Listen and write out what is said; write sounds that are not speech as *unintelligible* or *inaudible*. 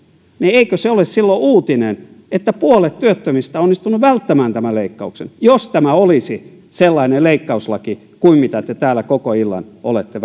niin eikö se ole silloin uutinen että puolet työttömistä on onnistunut välttämään tämän leikkauksen jos tämä olisi sellainen leikkauslaki kuin mitä te täällä koko illan olette *unintelligible*